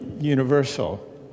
universal